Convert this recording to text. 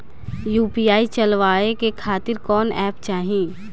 UPI चलवाए के खातिर कौन एप चाहीं?